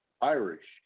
Irish